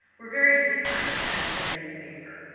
were very different than today's paper.